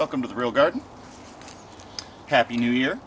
welcome to the real garden happy new year